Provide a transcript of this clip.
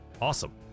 Awesome